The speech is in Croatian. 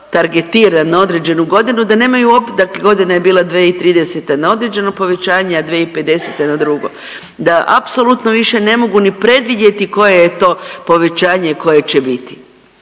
targetiran na određenu godinu da nemaju, dakle godina je bila 2030. na određeno povećanje, a 2050. na drugo, da apsolutno više ne mogu ni predvidjeti koje je to povećanje koje će biti.